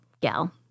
gal